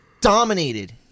Dominated